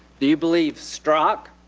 do you believe struck?